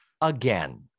again